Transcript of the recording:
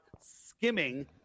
skimming